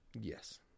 Yes